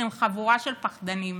אתם חבורה של פחדנים,